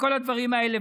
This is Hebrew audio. וכל הדברים האלה.